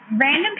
random